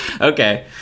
Okay